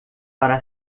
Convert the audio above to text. para